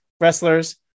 wrestlers